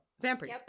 vampires